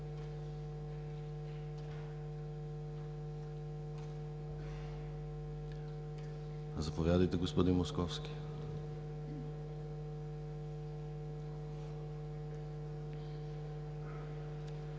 Заповядайте, господин Московски, за